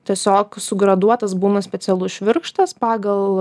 tiesiog sugraduotas būna specialus švirkštas pagal